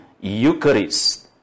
Eucharist